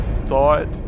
thought